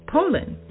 Poland